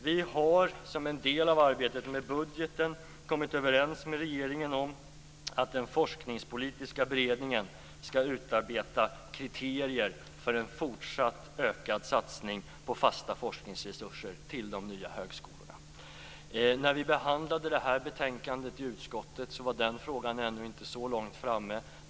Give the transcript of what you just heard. Vi har, som en del av arbetet med budgeten, kommit överens med regeringen om att den forskningspolitiska beredningen skall utarbeta kriterier för en fortsatt ökad satsning på fasta forskningsresurser till de nya högskolorna. När vi behandlade det här betänkandet i utskottet var den frågan inte så långt framme.